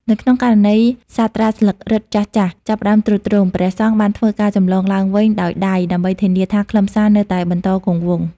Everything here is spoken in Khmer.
នៅក្នុងករណីសាត្រាស្លឹករឹតចាស់ៗចាប់ផ្តើមទ្រុឌទ្រោម ព្រះសង្ឃបានធ្វើការចម្លងឡើងវិញដោយដៃ ដើម្បីធានាថាខ្លឹមសារនៅតែបន្តគង់វង្ស។